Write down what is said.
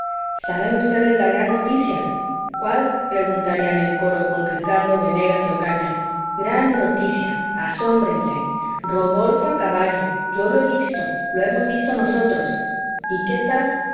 saben ustedes la gran noticia cuál preguntarían en coro con ricardo venegas y ocaña gran noticia asómbrense rodolfo a caballo yo lo he visto lo hemos visto nosotros y qué tal